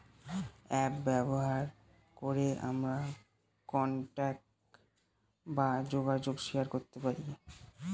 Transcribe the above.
app ব্যবহার করে আমরা কন্টাক্ট বা যোগাযোগ শেয়ার করতে পারি